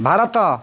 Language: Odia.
ଭାରତ